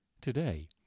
Today